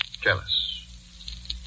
Jealous